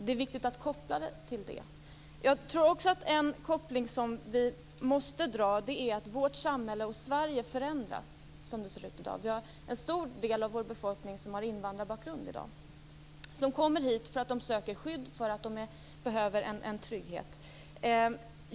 Det är viktigt att koppla det till det. Jag tror att en koppling som vi måste dra är att vårt samhälle och Sverige förändras. En stor del av vår befolkning i dag har invandrarbakgrund. De kommer hit för att de söker skydd och behöver trygghet.